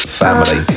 family